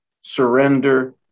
surrender